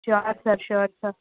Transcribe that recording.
sure sir sure sir